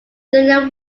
junior